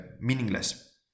meaningless